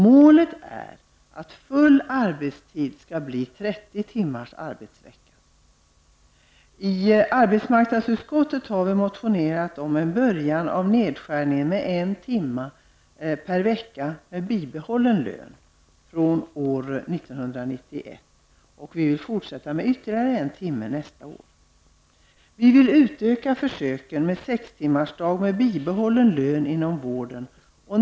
Målet är att full arbetstid skall vara 30 timmars arbetsvecka. I arbetsmarknadsutskottet har vi motionerat om en nedskärning med en timme per vecka med bibehållen lön från år 1991. För nästa år vill vi ha ytterligare en timmes nedskärning. Vi vill vidare utöka försöken med sex timmars arbetsdag med bibehållen lön inom vården.